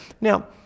Now